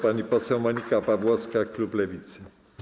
Pani poseł Monika Pawłowska, klub Lewica.